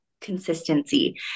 consistency